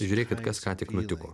žiūrėkit kas ką tik nutiko